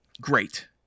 Great